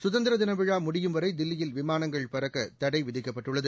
சுதந்திர தின விழா முடியும்வரை தில்லியில் விமானங்கள் பறக்க தடை விதிக்கப்பட்டுள்ளது